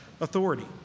authority